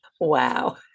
Wow